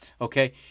okay